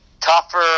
tougher